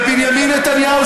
ובנימין נתניהו,